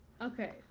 okay